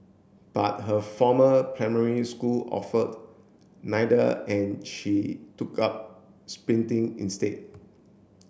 but her former primary school offered neither and she took up sprinting instead